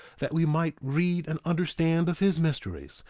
that we might read and understand of his mysteries,